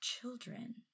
children